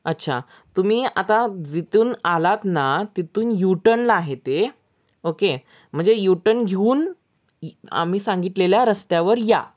अच्छा तुम्ही आता जिथून आलात ना तिथून यू टनला आहे ते ओके म्हणजे यू टन घेऊन आम्ही सांगितलेल्या रस्त्यावर या